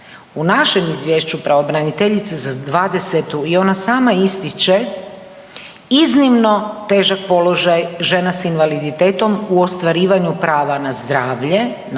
U našem izvješću pravobraniteljice za 2020. i onda sama ističe iznimno težak položaj žena s invaliditetom u ostvarivanju prava na zdravlje,